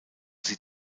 sie